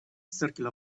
circle